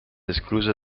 esclusa